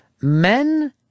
Men